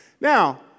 Now